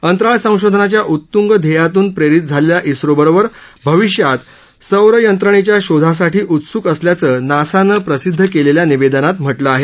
अंतराळ संशोधनाच्या उत्तुंग ध्येयातून प्रेरित झालेल्या इस्रोबरोबर भविष्यात सौर यंत्रणेच्या शोधासाठी उत्सूक असल्याचं नासानं प्रसिद्ध केलेल्या निवेदनात म्हटलं आहे